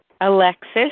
Alexis